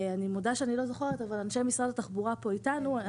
אני מודה שאני לא זוכרת אבל אנשי משרד התחבורה פה אתנו.